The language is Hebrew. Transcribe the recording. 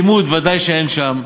לימוד ודאי שאין שם,